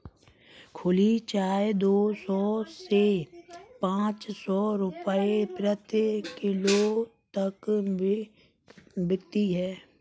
खुली चाय दो सौ से पांच सौ रूपये प्रति किलो तक बिकती है